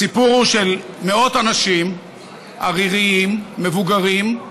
הסיפור הוא של מאות אנשים עריריים, מבוגרים,